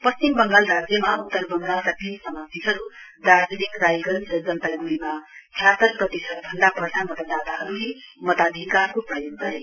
पश्चिम बंगाल राज्यमा उत्तर बंगालका तीन समष्टिहरू दार्जीलिङ रायगञ्ज र जलपाइगुड़ीमा छ्यातर प्रतिशत भन्दा बढ़ता मतदाताहरूले मताधिकारको प्रयोग गरे